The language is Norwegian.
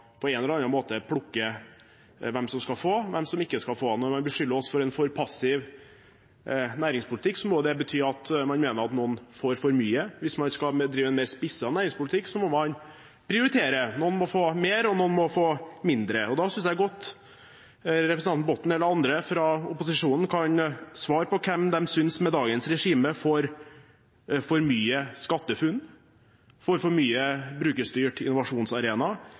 på en eller annen måte plukke ut hvem som skal få, og hvem som ikke skal få. Når man beskylder oss for en for passiv næringspolitikk, må det bety at man mener at noen får for mye. Hvis man skal drive en mer spisset næringspolitikk, må man prioritere. Noen må få mer, og noen må få mindre. Da synes jeg godt representanten Botten eller andre fra opposisjonen kan svare på hvem de synes – med dagens regime – får for mye fra SkatteFUNN, for mye fra Brukerstyrt innovasjonsarena, hvem som får for mye